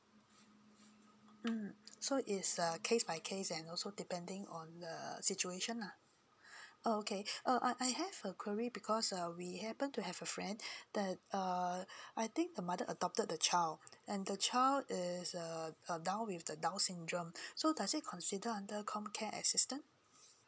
mm so it's a case by case and also depending on the situation lah okay uh I I have a query because uh we happen to have a friend that err I think the mother adopted the child and the child is err now with the downs syndrome so does it consider under comcare assistance